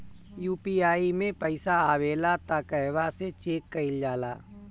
UPI मे पइसा आबेला त कहवा से चेक कईल जाला?